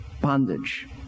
bondage